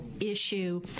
issue